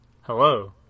Hello